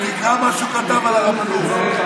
אני נותן לדבריך,